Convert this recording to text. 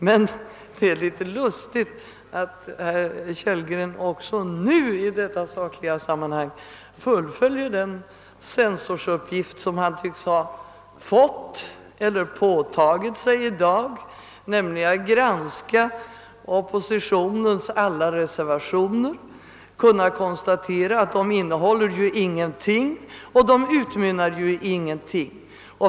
Men det är litet lustigt att herr Kellgren också i detta sakliga sammanhang fullföljer den censorsuppgift som han tycks ha fått eller påtagit sig i dag, nämligen att granska oppositionens alla reservationer, konstatera att de inte innehåller någonting och att de inte utmynnar i någonting.